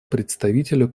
представителю